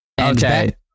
Okay